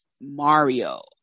Mario